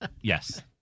Yes